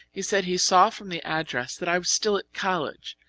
he said he saw from the address that i was still at college,